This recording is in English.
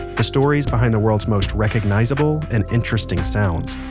the stories behind the world's most recognizable and interesting sounds.